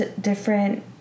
different